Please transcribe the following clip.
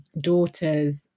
daughters